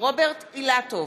רוברט אילטוב,